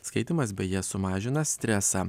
skaitymas beje sumažina stresą